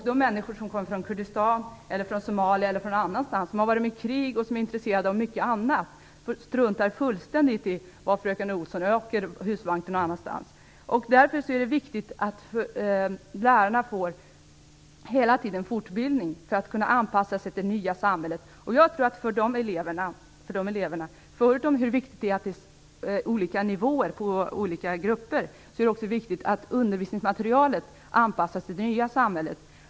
De människor som kommer från Kurdistan, Somalia eller andra ställen, som har varit med om krig och annat, struntar fullständigt i vart fröken Olsson åker med husvagnen. Därför är det viktigt att lärarna hela tiden får fortbildning för att kunna anpassa sig till det nya samhället. Jag tror att det för de eleverna - förutom att det är viktigt att det är olika nivåer i olika grupper - är viktigt att undervisningsmaterialet anpassas till det nya samhället.